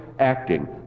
Acting